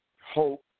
hope